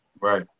Right